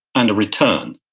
and a return.